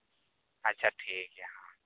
ᱟᱪᱪᱷᱟ ᱴᱷᱤᱠ ᱜᱮᱭᱟ ᱦᱟᱸᱜ